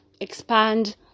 expand